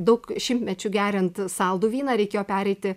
daug šimtmečių geriant saldų vyną reikėjo pereiti